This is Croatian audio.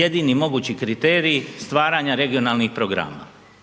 jedini mogući kriterij stvaranja regionalnih programa.